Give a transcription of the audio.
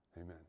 Amen